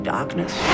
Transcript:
Darkness